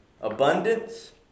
abundance